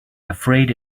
afraid